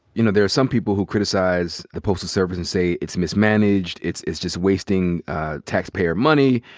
you know, there are some people who criticize the postal service and say it's mismanaged. it's it's just wasting taxpayer money.